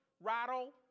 rattle